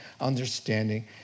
understanding